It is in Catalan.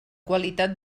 qualitat